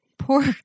poor